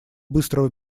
быстрого